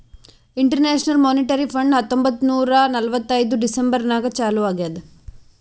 international monetary fund ಹತ್ತೊಂಬತ್ತ್ ನೂರಾ ನಲ್ವತ್ತೈದು ಡಿಸೆಂಬರ್ ನಾಗ್ ಚಾಲೂ ಆಗ್ಯಾದ್